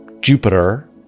Jupiter